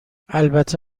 البته